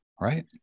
Right